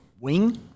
wing